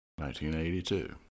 1982